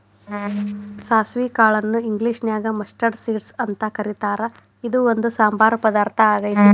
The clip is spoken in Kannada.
ಸಾಸವಿ ಕಾಳನ್ನ ಇಂಗ್ಲೇಷನ್ಯಾಗ ಮಸ್ಟರ್ಡ್ ಸೇಡ್ಸ್ ಅಂತ ಕರೇತಾರ, ಇದು ಒಂದ್ ಸಾಂಬಾರ್ ಪದಾರ್ಥ ಆಗೇತಿ